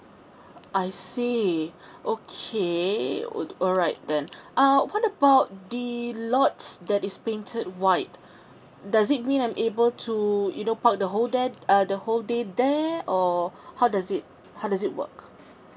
I see okay w~ alright then uh what about the lots that is painted white does it mean I'm able to you know park the whole there uh the whole day there or how does it how does it work